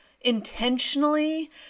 intentionally